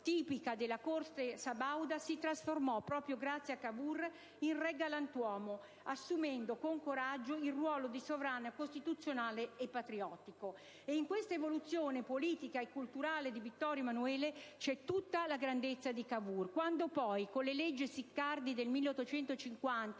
reazionaria tipica della corte sabauda, si trasformò, proprio grazie a Cavour, in "Re Galantuomo" assumendo con coraggio il ruolo di sovrano costituzionale e patriottico. E in questa evoluzione, politica e culturale di Vittorio Emanuele c'è tutta la grandezza di Cavour. Quando, poi, con le leggi Siccardi del 1850,